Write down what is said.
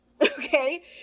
Okay